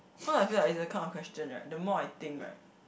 cause I feel like is the kind of question right the more I think right